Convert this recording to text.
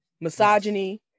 Misogyny